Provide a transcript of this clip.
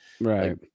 right